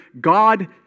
God